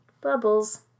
bubbles